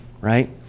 Right